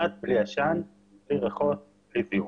כמעט בלי עשן, בלי ריחות, בלי זיהום.